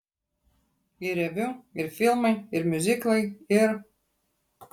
ir reviu ir filmai ir miuziklai ir